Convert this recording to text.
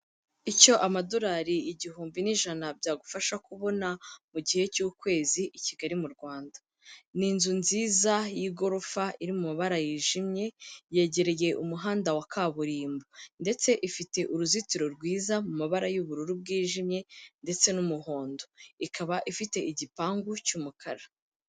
Icyo amadorari igihumbi n'ijana byagufasha kubona mu gihe cy'ukwezi i Kigali mu Rwanda, ni inzu nziza y'igorofa iri mu mu mabara yijimye, yegereye umuhanda wa kaburimbo ndetse ifite uruzitiro rwiza mu mabara y'ubururu bwijimye ndetse n'umuhondo, ikaba ifite igipangu cy'umukara.